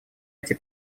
эти